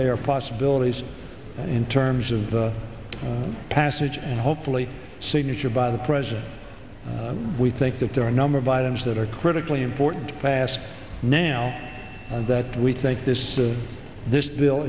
they are possibilities in terms of the passage and hopefully signature by the president we think that there are a number of items that are critically important to pass now that we think this is a this bill